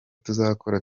tuzakora